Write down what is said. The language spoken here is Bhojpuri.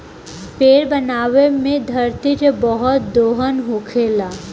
पेपर बनावे मे धरती के बहुत दोहन होखेला